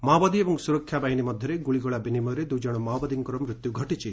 ମାଓବାଦୀ ଏବଂ ସୁରକ୍ଷା ବାହିନୀ ମଧ୍ୟରେ ଗୁଳିଗୋଳା ବିନିମୟରେ ଦୁଇ ଜଣ ମାଓବାଦୀଙ୍କର ମୃତ୍ୟୁ ଘଟିଛି